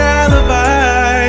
alibi